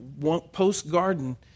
Post-garden